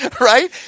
Right